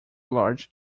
large